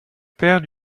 père